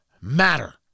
matter